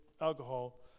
alcohol